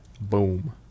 Boom